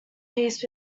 peace